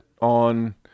on